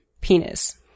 penis